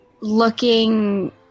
looking